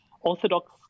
Orthodox